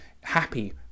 happy